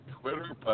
Twitter